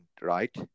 right